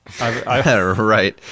Right